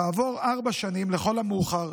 כעבור ארבע שנים לכל המאוחר